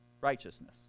righteousness